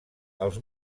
els